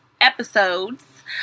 episodes